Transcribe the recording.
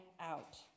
out